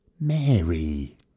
Mary